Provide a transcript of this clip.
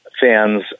fans